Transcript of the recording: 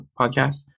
podcast